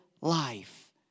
life